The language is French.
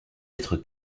être